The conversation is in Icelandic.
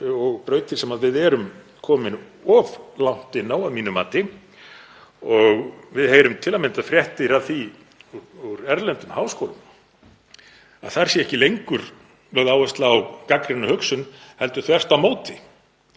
og brautir sem við erum komin of langt inn á að mínu mati. Við heyrum til að mynda fréttir af því úr erlendum háskólum að þar sé ekki lengur lögð áhersla á gagnrýna hugsun heldur þvert á móti